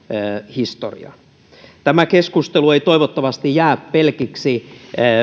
historiaan tämä keskustelu ei toivottavasti jää pelkiksi